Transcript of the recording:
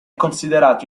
considerato